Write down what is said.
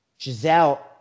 Giselle